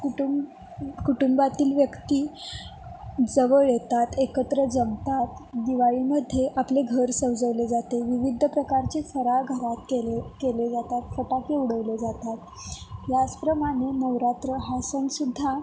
कुटुंब कुटुंबातील व्यक्ती जवळ येतात एकत्र जमतात दिवाळीमध्ये आपले घर सजवले जाते विविध प्रकारची फराळ घरात केले केले जातात फटाके उडवले जातात याचप्रमाणे नवरात्र हा सण सुद्धा